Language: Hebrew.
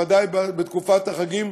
בוודאי בתקופת החגים,